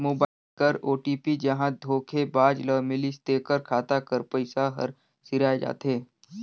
mobile कर OTP जहां धोखेबाज ल मिलिस तेकर खाता कर पइसा हर सिराए जाथे